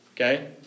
Okay